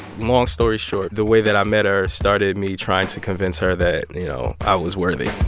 long story short, the way that i met her started me trying to convince her that, you know, i was worthy.